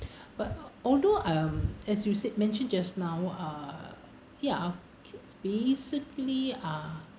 but although um as you said mentioned just now ah ya kids basically are